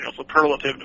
superlative